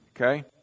okay